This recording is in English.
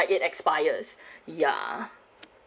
it expires ya